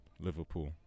Liverpool